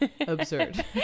Absurd